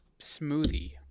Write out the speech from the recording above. smoothie